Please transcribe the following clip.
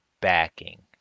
backing